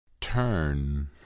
turn